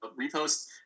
repost